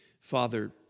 Father